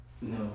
no